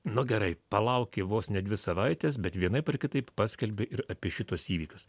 no gerai palaukė vos ne dvi savaites bet vienaip ar kitaip paskelbė ir apie šituos įvykius